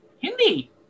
Hindi